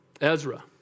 Ezra